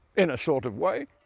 in a sort of way!